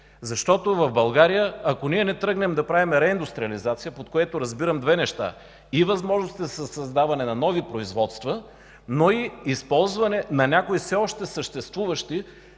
надежда. В България, ако ние не тръгнем да правим реиндустриализация, под което разбирам две неща – и възможности за създаване на нови производства, но и използване на някои все още съществуващи,